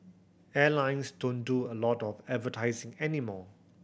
airlines don't do a lot of advertising anymore